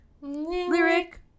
lyric